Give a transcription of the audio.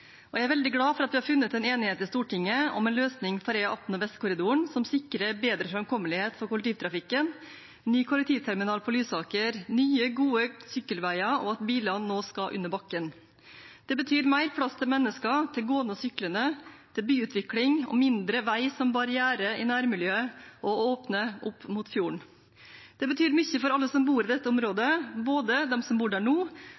og jeg er veldig glad for at vi har funnet en enighet i Stortinget om en løsning for E18 Vestkorridoren som sikrer bedre framkommelighet for kollektivtrafikken, ny kollektivterminal på Lysaker, nye, gode sykkelveier og at bilene nå skal under bakken. Det betyr mer plass til mennesker, til gående og syklende, og til byutvikling, og mindre vei som barriere i nærmiljøet, og å åpne opp mot fjorden. Det betyr mye for alle som bor i dette området, både for dem som bor der nå,